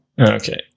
Okay